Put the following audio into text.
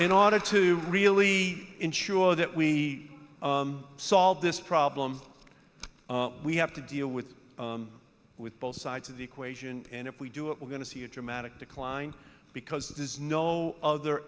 in order to really ensure that we solve this problem we have to deal with with both sides of the equation and if we do it we're going to see a dramatic decline because there's no other